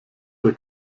der